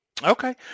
Okay